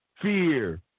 fear